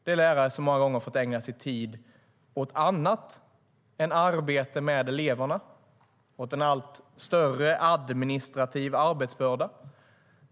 Det är lärare som många gånger har fått ägna sin tid åt annat än arbete med eleverna, åt en allt större administrativ arbetsbörda.